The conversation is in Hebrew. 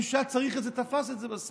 מי שהיה צריך את זה תפס את זה בסוף.